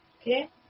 Okay